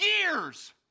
years